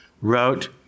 Wrote